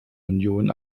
union